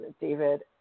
David